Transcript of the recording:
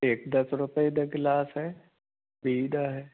ਇੱਕ ਦਸ ਰੁਪਏ ਦਾ ਗਿਲਾਸ ਹੈ ਵੀਹ ਦਾ ਹੈ